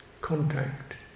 contact